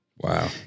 Wow